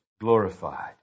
glorified